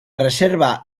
reserva